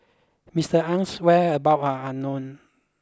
Mister Aye's whereabout are unknown